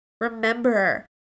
Remember